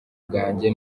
bwange